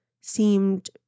seemed